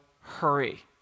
hurry